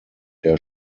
der